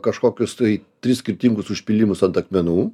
kažkokius tai tris skirtingus užpylimus ant akmenų